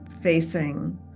facing